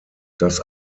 das